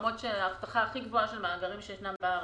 האבטחה הכי גבוהה של מאגרים שישנה בארץ.